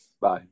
bye